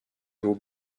vos